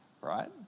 right